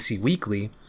weekly